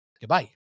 Goodbye